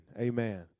Amen